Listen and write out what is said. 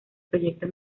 proyecto